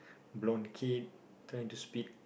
blonde kid trying to spit